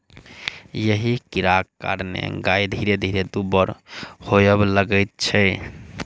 एहि कीड़ाक कारणेँ गाय धीरे धीरे दुब्बर होबय लगैत छै